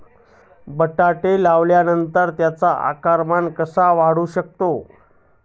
बटाटा लावल्यानंतर त्याचे आकारमान कसे वाढवू शकतो?